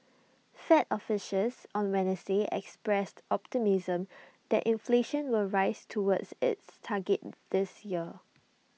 fed officials on Wednesday expressed optimism that inflation will rise towards its target this year